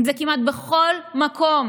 אם זה כמעט בכל מקום